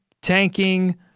tanking